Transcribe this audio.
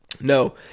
No